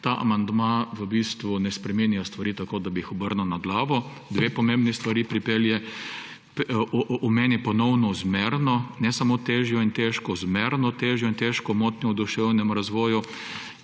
Ta amandma ne spreminja stvari tako, da bi jih obrnil na glavo. Dve pomembni stvari pripelje. Omeni ponovno zmerno – ne samo težjo in težko, tudi zmerno – težjo in težko motnjo v duševnem razvoju.